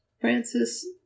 Francis